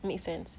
make sense kinda